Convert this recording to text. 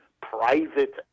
private